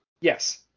Yes